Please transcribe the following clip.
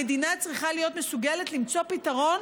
המדינה צריכה להיות מסוגלת למצוא פתרון